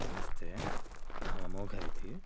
नमस्ते अहम् अमोघ इति